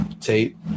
tape